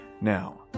now